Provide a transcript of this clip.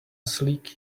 sleek